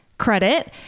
credit